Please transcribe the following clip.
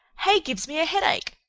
hay gives me a headache!